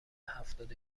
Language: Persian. هفتاد